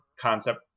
concept